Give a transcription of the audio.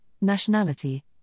nationality